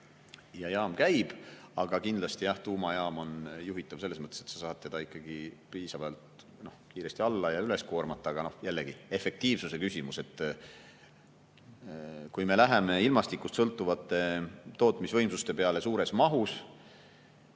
ja jaam käib. Aga kindlasti on tuumajaam juhitav selles mõttes, et sa saad seda ikkagi piisavalt kiiresti alla ja üles koormata. Jällegi, efektiivsuse küsimus. Kui me läheme ilmastikust sõltuvate tootmisvõimsuste peale suures mahus,